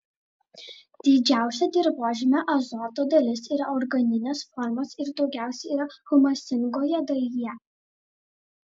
didžiausia dirvožemio azoto dalis yra organinės formos ir jo daugiausiai yra humusingoje dalyje